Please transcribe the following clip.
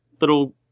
little